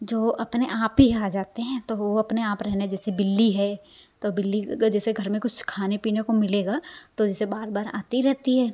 जो अपने आप ही आ जाते हैं तो वो अपने आप रहना जैसे बिल्ली है तो बिल्ली अगर जैसे घर में कुछ खाने पीने को मिलेगा तो जैसे बार बार आती रहती है